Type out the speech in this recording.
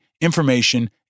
information